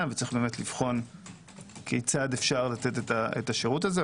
וצריך לבחון כיצד ניתן לתת את השירות הזה.